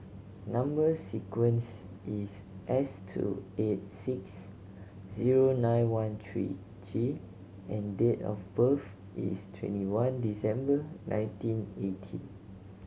number sequence is S two eight six zero nine one three G and date of birth is twenty one December nineteen eighty